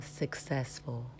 successful